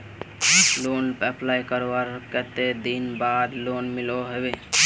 Loan apply करवार कते दिन बाद लोन मिलोहो होबे?